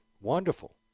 Wonderful